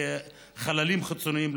חללים חיצוניים,